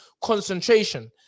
concentration